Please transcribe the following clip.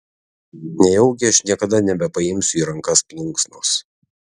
nejaugi aš niekada nebepaimsiu į rankas plunksnos